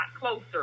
closer